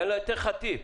אני אתן לך טיפ.